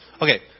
Okay